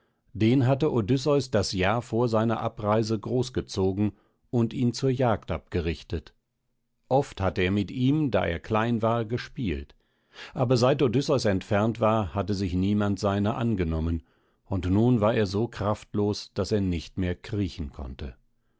den hatte odysseus das jahr vor seiner abreise groß gezogen und ihn zur jagd abgerichtet oft hatte er mit ihm da er klein war gespielt aber seit odysseus entfernt war hatte sich niemand seiner angenommen und nun war er so kraftlos daß er nicht mehr kriechen konnte